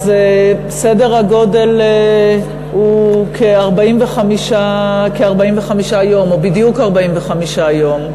סדר-הגודל הוא כ-45 יום, או בדיוק 45 יום.